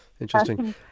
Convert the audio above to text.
Interesting